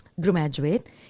graduate